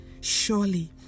Surely